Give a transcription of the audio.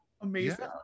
Amazing